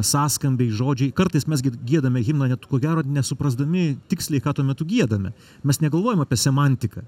sąskambiai žodžiai kartais mes gi giedame himną net ko gero nesuprasdami tiksliai ką tuo metu giedame mes negalvojam apie semantiką